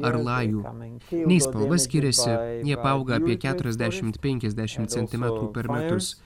ar lajų nei spalva skiriasi jie paauga apie keturiasdešimt penkiasdešimt centimetrų per metus